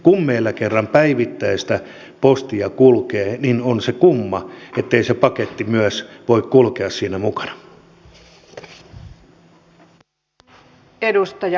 kun meillä kerran päivittäistä postia kulkee niin on se kumma ettei se paketti myös voi kulkea siinä mukana